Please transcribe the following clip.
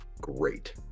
great